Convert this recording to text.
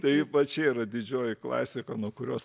tai va čia yra didžioji klasika nuo kurios